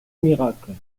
miracle